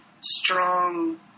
strong